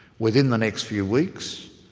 within the next few weeks,